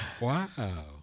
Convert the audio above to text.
Wow